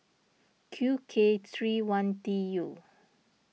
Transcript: Q K three one T U